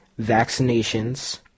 vaccinations